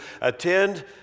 attend